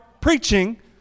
Preaching